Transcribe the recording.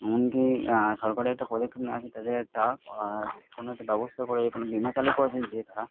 এমনকি সরকারের একটা পদক্ষেপ নেওয়া হয়েছে তাদের একটা কোনো একটা ব্যবস্থা করে কোনো বিমা চালু করেছেন যে তারা